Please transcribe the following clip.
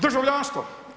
Državljanstvo.